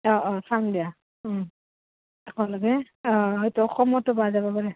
অঁ অঁ চাম দিয়া একেলগে অঁ হয়তো কমতো পোৱা যাব পাৰে